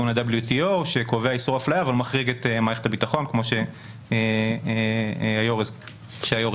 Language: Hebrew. ה-WTO שקובע איסור אפליה אבל מחריג את מערכת הביטחון כמו שהיו"ר הזכיר.